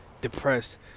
depressed